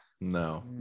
No